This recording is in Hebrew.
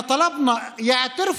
דרשנו